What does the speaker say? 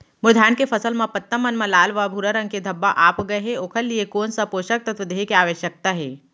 मोर धान के फसल म पत्ता मन म लाल व भूरा रंग के धब्बा आप गए हे ओखर लिए कोन स पोसक तत्व देहे के आवश्यकता हे?